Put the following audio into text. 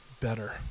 better